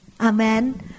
Amen